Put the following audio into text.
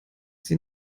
sie